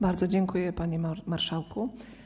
Bardzo dziękuję, panie marszałku.